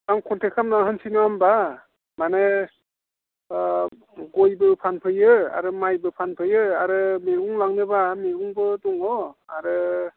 आं कन्टेक खालामना होनोसै नङा होमब्ला माने गयबो फानफैयो आरो माइबो फानफैयो आरो मैगं लांनोब्ला मैगंबो दङ आरो